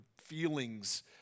feelings